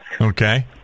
Okay